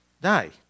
die